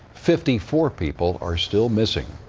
fifty-four people are still missing.